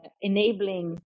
enabling